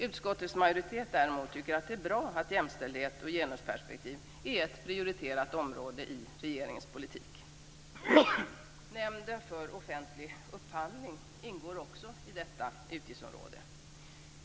Utskottets majoritet tycker däremot att det är bra att jämställdhet och genusperspektiv är ett prioriterat område i regeringens politik. Nämnden för offentlig upphandling ingår också i detta utgiftsområde.